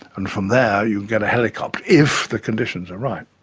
and from there you get a helicopter, if the conditions are right.